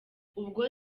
ubwo